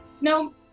No